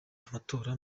amatora